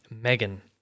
Megan